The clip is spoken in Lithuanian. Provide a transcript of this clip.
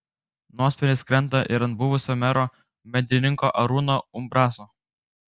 nuosprendis krenta ir ant buvusio mero bendrininko arūno umbraso